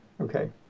Okay